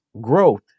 growth